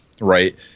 right